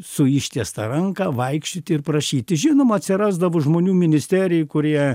su ištiesta ranka vaikščioti ir prašyti žinoma atsirasdavo žmonių ministerijoj kurie